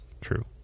true